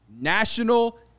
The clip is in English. national